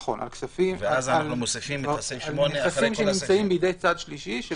נכון, כספים שנמצאים בידי צד שלישי.